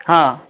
हाँ